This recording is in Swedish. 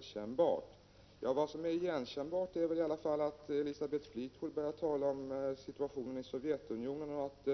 25 november 1987 Vad som är igenkännbart är väl i alla fall att Elisabeth Fleetwood börjar = 7 sopra oe tala om situationen i Sovjetunionen och